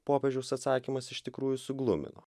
popiežiaus atsakymas iš tikrųjų suglumino